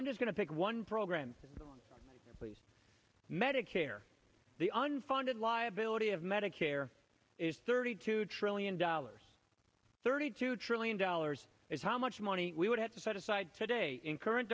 i'm just going to pick one program please medicare the unfunded liability of medicare is thirty two trillion dollars thirty two trillion dollars is how much money we would have to set aside today in current